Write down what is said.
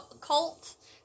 cult